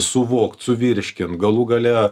suvokt suvirškint galų gale